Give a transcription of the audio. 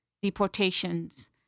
deportations